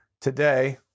today